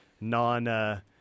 non-